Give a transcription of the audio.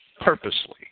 purposely